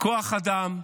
כוח אדם,